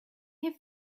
have